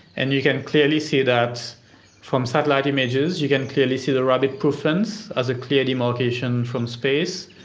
and you can clearly see that from satellite images, you can clearly see the rabbit proof fence as a clear demarcation from space,